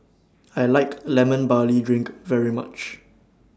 I like Lemon Barley Drink very much